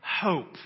hope